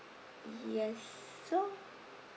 yes so